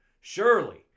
Surely